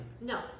No